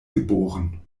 geboren